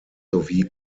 sowie